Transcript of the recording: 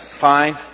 fine